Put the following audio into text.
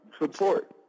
Support